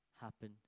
happen